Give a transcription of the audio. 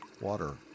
water